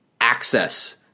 access